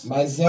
Mas